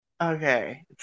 Okay